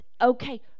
okay